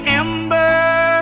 ember